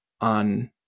on